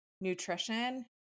nutrition